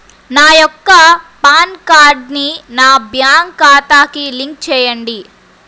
నా యొక్క పాన్ కార్డ్ని నా బ్యాంక్ ఖాతాకి లింక్ చెయ్యండి?